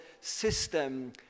system